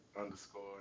underscore